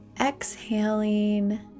Exhaling